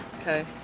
Okay